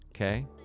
Okay